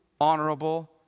honorable